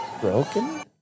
broken